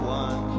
one